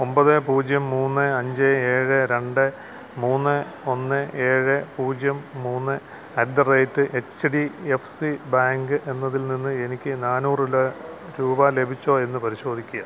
ഒമ്പത് പൂജ്യം മൂന്ന് അഞ്ച് ഏഴ് രണ്ട് മൂന്ന് ഒന്ന് ഏഴ് പൂജ്യം മൂന്ന് at the rate H D F C bank എന്നതിൽനിന്ന് എനിക്ക് നാനൂറില് രൂപ ലഭിച്ചോ എന്ന് പരിശോധിക്കുക